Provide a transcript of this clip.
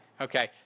Okay